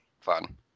fun